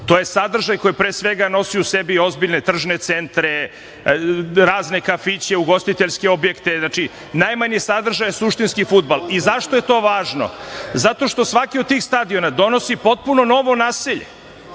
to je sadržaj koji pre svega nosi u sebi ozbiljne tržne centre, razne kafiće, ugostiteljske objekte, znači najmanje sadržaj je suštinski fudbal.Zašto je to važno? Zato što svaki od tih stadiona donosi potpuno novo naselje,